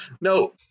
No